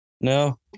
No